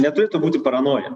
neturėtų būti paranoja